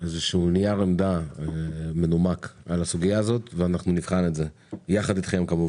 איזשהו נייר עמדה מנומק עלה סוגיה הזאת ואנחנו נבחן אותה יחד אתכם.